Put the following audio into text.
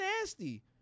nasty